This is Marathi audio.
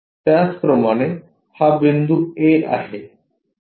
त्याचप्रमाणे हा बिंदू a आहे